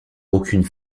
aucune